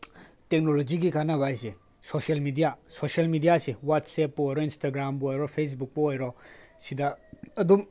ꯇꯦꯛꯅꯣꯂꯣꯖꯤꯒꯤ ꯀꯥꯟꯅꯕ ꯍꯥꯏꯕꯁꯦ ꯁꯣꯁꯦꯜ ꯃꯦꯗꯤꯌꯥ ꯁꯣꯁꯦꯜ ꯃꯦꯗꯤꯌꯥꯁꯦ ꯋꯥꯆꯦꯞꯄꯨ ꯑꯣꯏꯔꯣ ꯏꯟꯁꯇꯥꯒ꯭ꯔꯥꯝꯕꯨ ꯑꯣꯏꯔꯣ ꯐꯦꯁꯕꯨꯛꯄꯨ ꯑꯣꯏꯔꯣ ꯁꯤꯗ ꯑꯗꯨꯝ